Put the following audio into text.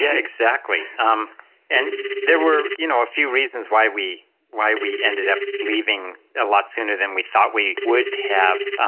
yeah exactly um and there were you know a few reasons, why we why we ended up leaving a lot sooner than we thought we would have,